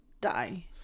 die